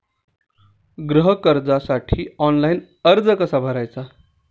गृह कर्जासाठी ऑनलाइन अर्ज कसा भरायचा?